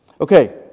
Okay